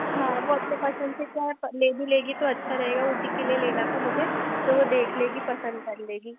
हाँ वो अपने पसंद से क्या है ले भी लेगी तो अच्छा रहेगा उसी के लिए लेना था मुझे तो वो देख लेगी पसंद कर लेगी